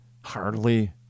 Hardly